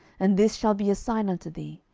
and this shall be a sign unto thee,